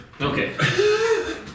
Okay